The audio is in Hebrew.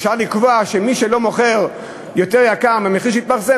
אפשר לקבוע שמי שלא מוכר יותר ביוקר מאשר המחיר שהתפרסם,